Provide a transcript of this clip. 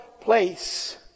place